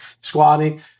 squatting